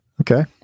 Okay